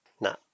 no